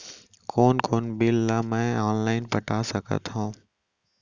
कोन कोन बिल ला मैं ऑनलाइन पटा सकत हव?